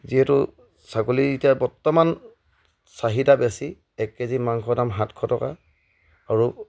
যিহেতু ছাগলী এতিয়া বৰ্তমান চাহিদা বেছি এক কেজি মাংস দাম সাতশ টকা আৰু